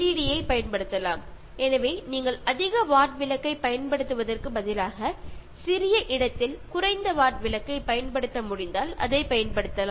டியைப் பயன்படுத்தலாம் எனவே நீங்கள் அதிக வாட் விளக்கைப் பயன்படுத்துவதற்குப் பதிலாக சிறிய இடத்தில் குறைந்த வாட் விளக்கைப் பயன்படுத்த முடிந்தால் அதைப் பயன்படுத்தலாம்